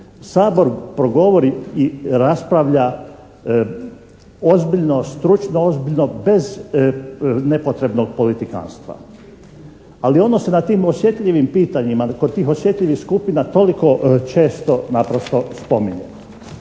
Sabor progovori i raspravlja, ozbiljno, stručno ozbiljno bez nepotrebnog politikanstva, ali ono se na tim osjetljivim pitanjima kod tih osjetljivih skupina toliko često naprosto spominje.